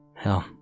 Hell